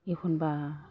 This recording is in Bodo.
एखनबा